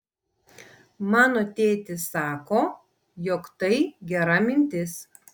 mano tėtis sako jog tai gera mintis